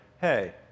hey